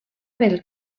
del